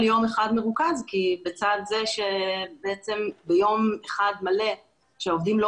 יום אחד מרוכז כי בצד זה שבעצם ביום אחד מלא שהעובדים לא